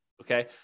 okay